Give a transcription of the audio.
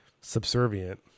subservient